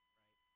right